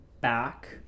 back